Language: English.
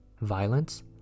Violence